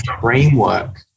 framework